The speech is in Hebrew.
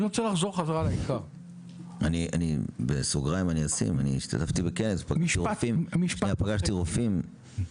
אני השתתפתי בכנסת ופגשתי רופאים,